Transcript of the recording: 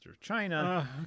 China